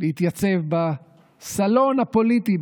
להתייצב בסלון הפוליטי,